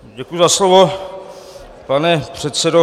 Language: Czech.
Děkuji za slovo, pane předsedo.